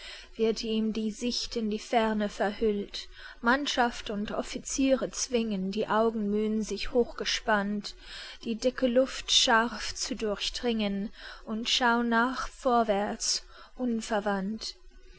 wird ihm die sicht in die ferne verhüllt mannschaft und offiziere zwingen die augen müh'n sich hochgespannt die dicke luft scharf zu durchdringen und schau'n nach vorwärts unverwandt